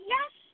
Yes